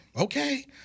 okay